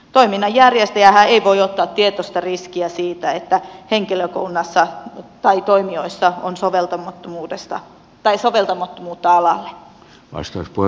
toiminnan järjestäjähän ei voi ottaa tietoista riskiä siitä että henkilökunnassa tai toimijoissa on soveltamattomuudesta tai soveltamat muut ala soveltumattomuutta alalle